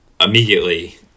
immediately